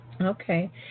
okay